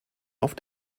auf